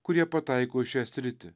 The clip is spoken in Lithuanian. kurie pataiko į šią sritį